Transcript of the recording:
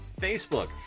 Facebook